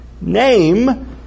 name